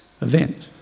event